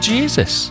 Jesus